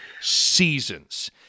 seasons